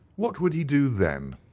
what would he do, then?